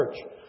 church